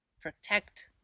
protect